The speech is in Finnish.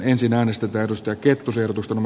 ensin äänestetään kustakin pusertuuston